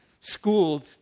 schooled